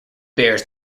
bears